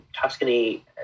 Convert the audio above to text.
Tuscany